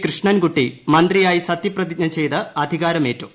കൃഷ്ണൻകുട്ടി മന്ത്രിയായി ന് സത്യപ്രതിജ്ഞ ചെയ്ത് അധികാരമേറ്റു